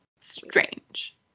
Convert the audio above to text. strange